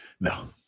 No